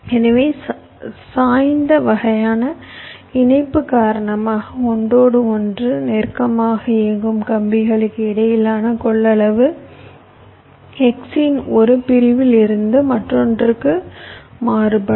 எனவே சாய்ந்த வகையான இணைப்பு காரணமாக ஒன்றோடு ஒன்று நெருக்கமாக இயங்கும் கம்பிகளுக்கு இடையிலான கொள்ளளவு X இன் 1 பிரிவில் இருந்து மற்றொன்றுக்கு மாறுபடும்